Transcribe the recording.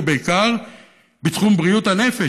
ובעיקר בתחום בריאות הנפש.